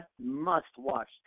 must-watch